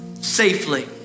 safely